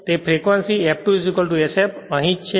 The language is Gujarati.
તે ફ્રેક્વંસી F2 s f છે તેથી જ અહીં છે